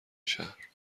شهر